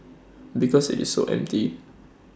because IT is so empty